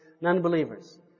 non-believers